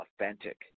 authentic